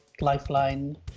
Lifeline